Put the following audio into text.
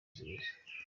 zimeze